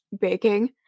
baking